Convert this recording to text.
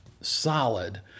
solid